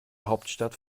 hauptstadt